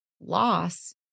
loss